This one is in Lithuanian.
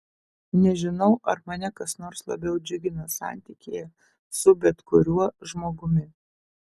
nežinau ar mane kas nors labiau džiugina santykyje su bet kuriuo žmogumi